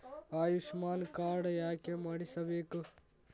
Ayushman card ಯಾಕೆ ಮಾಡಿಸಬೇಕು?